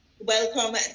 Welcome